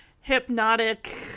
hypnotic